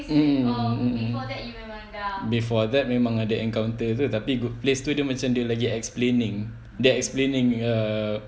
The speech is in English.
mm mm before that memang ada encounter tu tapi good place tu dia macam lagi explaining dia explaining lah